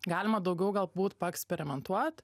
galima daugiau galbūt paeksperimentuot